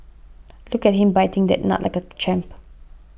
look at him biting that nut like a champ